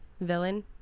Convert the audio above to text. villain